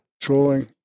Trolling